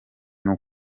bwo